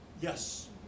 Yes